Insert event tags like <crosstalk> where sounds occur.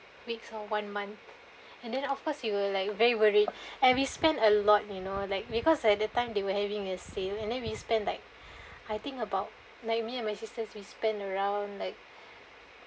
weeks or one month and then of course you will like very worried <breath> and we spent a lot you know like because at that time they were having a sale and then we spend like <breath> I think about like me and my sisters we spent around like <breath>